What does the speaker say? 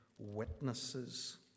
witnesses